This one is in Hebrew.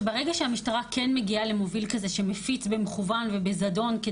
שברגע שהמשטרה כן מגיעה למוביל כזה שמוביל במכוון ובזדון,